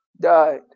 died